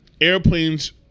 airplanes